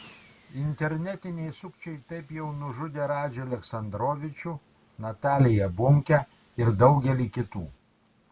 internetiniai sukčiai taip jau nužudė radžį aleksandrovičių nataliją bunkę ir daugelį kitų